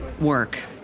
work